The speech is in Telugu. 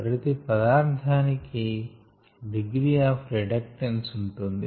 ప్రతి పదార్దానికి డిగ్రీ ఆఫ్ రిడక్టన్స్ ఉంటుంది